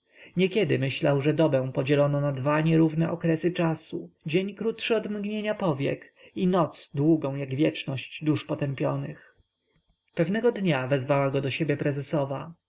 niekiedy myślał że dobę podzielono na dwa nierówne okresy czasu dzień krótszy od mgnienia powiek i noc długą jak wieczność dusz potępionych pewnego dnia wezwała go do siebie prezesowa